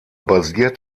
basiert